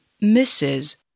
Misses